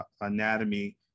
anatomy